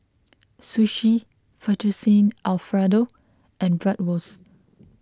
Sushi Fettuccine Alfredo and Bratwurst